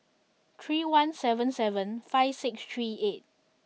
three one seven seven five six three eight